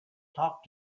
talk